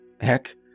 Heck